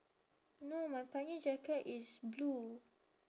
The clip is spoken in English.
no my pioneer jacket is blue